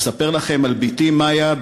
אספר לכם על בתי מאיה.